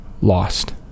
lost